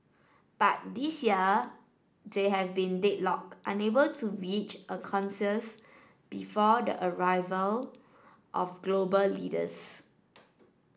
but this year they have been deadlocked unable to reach a conscious before the arrival of global leaders